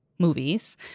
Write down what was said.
movies